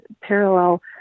parallel